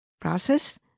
process